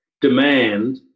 demand